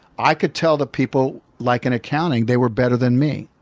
i could tell the people, like in accounting, they were better than me.